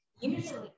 usually